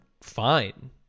fine